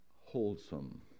wholesome